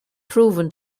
proven